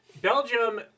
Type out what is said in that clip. Belgium